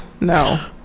No